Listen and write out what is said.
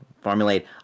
formulate